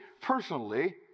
personally